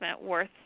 worth